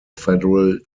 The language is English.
federal